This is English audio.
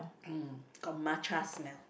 got matcha smell